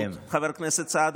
חבר הכנסת סעדה,